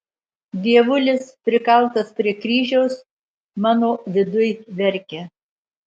dievulis prikaltas prie kryžiaus mano viduj verkia